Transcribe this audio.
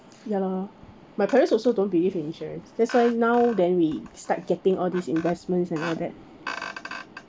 ya lor my parents also don't believe in insurance that's why now then we start getting all these investments and all that